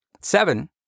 seven